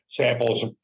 samples